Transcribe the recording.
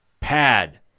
pad